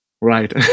right